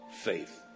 faith